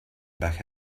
back